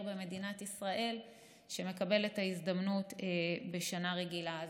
במדינת ישראל שמקבל את ההזדמנות בשנה רגילה.